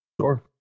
Sure